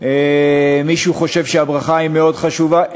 מישהו חושב שהברכה מאוד חשובה,